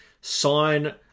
sign